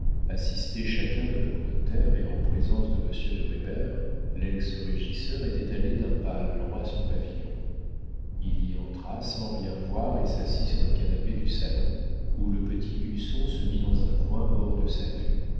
assistés chacun de leurs notaires et en présence de monsieur de reybert lex régisseur était allé d'un pas lent à son pavillon il y entra sans rien voir et s'assit sur le canapé du salon où le petit husson se mit dans un coin hors de sa vue